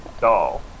doll